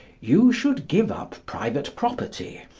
you should give up private property.